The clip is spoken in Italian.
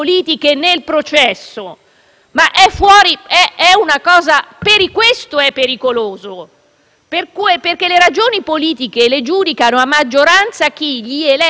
perché le ragioni politiche le giudicano a maggioranza gli eletti democraticamente della Camera di appartenenza.